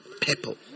people